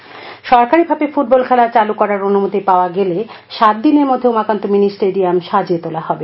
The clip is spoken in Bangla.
ফুটবল সরকারি ভাবে ফুটবল খেলা চালু করার অনুমতি পাওয়া গেলে সাত দিনের মধ্যে উমাকান্ত মিনি স্টেডিয়াম সাজিয়ে তোলা হবে